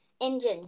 engine